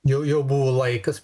jau jau buvo laikas